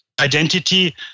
identity